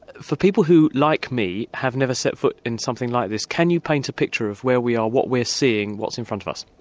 for people who, like me, have never set foot in something like this, can you paint a picture of where we are, what we are seeing and what's in front of us?